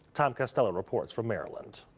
tom costello reports from maryland.